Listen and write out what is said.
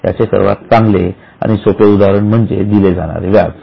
याचे सर्वात चांगले आणि सोपे उदाहरण म्हणजे दिले जाणारे व्याज